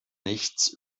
nichts